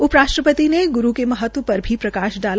उप राष्ट्रपति ने गुरू के महत्व पर भी प्रकाश डाला